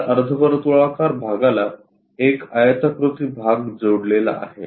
तर या अर्धवर्तुळाकार भागाला एक आयताकृती भाग जोडलेला आहे